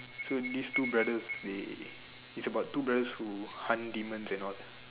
so this two brothers they is about two brothers who hunt demons and all that